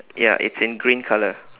ya it's in green colour